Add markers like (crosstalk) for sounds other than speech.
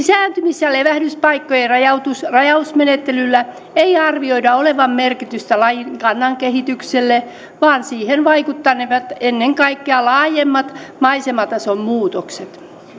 (unintelligible) lisääntymis ja levähdyspaikkojen rajausmenettelyllä ei arvioida olevan merkitystä lajin kannan kehitykselle vaan siihen vaikuttanevat ennen kaikkea laajemmat maisematason muutokset